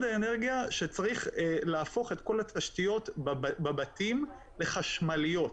האנרגיה שצריך להפוך את כל התשתיות בבתים לחשמליות.